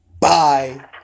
bye